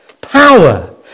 Power